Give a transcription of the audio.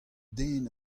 den